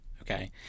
Okay